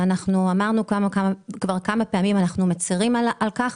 ואנחנו אמרנו כמה פעמים שאנחנו מצרים על כך,